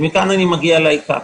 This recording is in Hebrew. מכאן אני מגיע לעיקר.